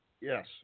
yes